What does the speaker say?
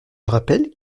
rappelle